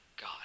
God